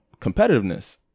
competitiveness